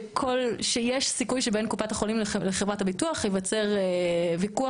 שיש סיכוי שבין קופת החולים לחברת הביטוח יווצר ויכוח